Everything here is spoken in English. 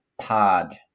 Pod